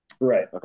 Right